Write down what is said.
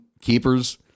keepers